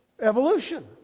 Evolution